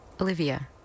Olivia